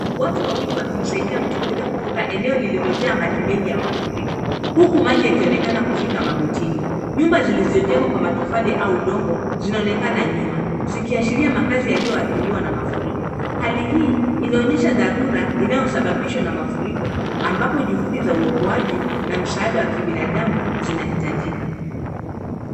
Watu wawili wakimsaidia mtu mmoja kuvuka eneo lililojaa maji mengi ya mafuriko huku maji yakionekana kufika magotini. Nyumba zilizojengwa kwa matofali au udongo zinaonekana nyuma zikiashiria makazi yaliyoathiriwa na mafuriko. Hali hii inaonyesha dharura inayosababishwa na mafuriko ambapo juhudi za uokoaji na msaada wa kibinadamu zinahitajika.